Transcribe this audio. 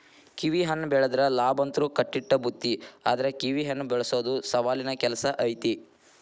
ಕಿವಿಹಣ್ಣ ಬೆಳದ್ರ ಲಾಭಂತ್ರು ಕಟ್ಟಿಟ್ಟ ಬುತ್ತಿ ಆದ್ರ ಕಿವಿಹಣ್ಣ ಬೆಳಸೊದು ಸವಾಲಿನ ಕೆಲ್ಸ ಐತಿ